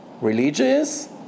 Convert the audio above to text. religious